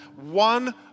One